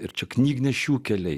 ir čia knygnešių keliai